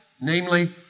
namely